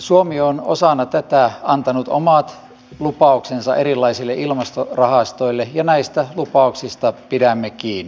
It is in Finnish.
suomi on osana tätä antanut omat lupauksensa erilaisille ilmastorahastoille ja näistä lupauksista pidämme kiinni